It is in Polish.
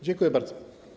Dziękuję bardzo.